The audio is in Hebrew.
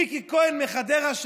ריקי כהן מחדרה,